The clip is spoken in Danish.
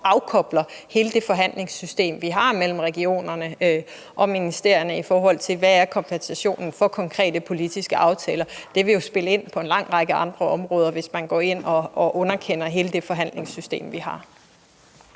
afkobler hele det forhandlingssystem, vi har mellem regionerne og ministerierne, i forhold til hvad kompensationen er for konkrete politiske aftaler. Det vil jo spille ind på en lang række andre områder, hvis man går ind og underkender hele det forhandlingssystem, vi har.